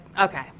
okay